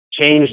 change